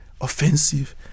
offensive